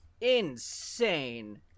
insane